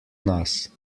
nas